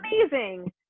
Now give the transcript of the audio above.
Amazing